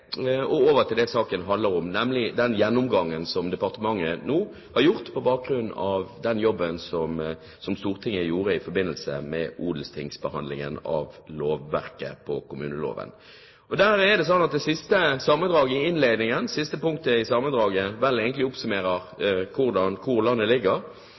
og over til det saken handler om, nemlig den gjennomgangen som departementet nå har gjort på bakgrunn av den jobben som Stortinget gjorde i forbindelse med odelstingsbehandlingen av lovverket til kommuneloven. Det siste punktet i sammendraget i innledningen i innstillingen oppsummerer vel hvor landet ligger,